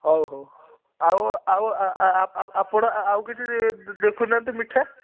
ହଉ ହଉ ଆଉ ଆଉ ଆପଣ ଆଉ କିଛି ଦେଖୁନାହାଁନ୍ତି ମିଠା